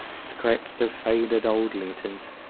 scraps of faded old letters,